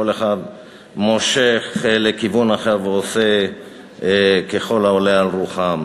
כל אחד מושך לכיוון אחר ועושה ככל העולה על רוחו.